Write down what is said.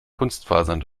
kunstfasern